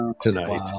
tonight